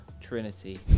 Trinity